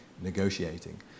negotiating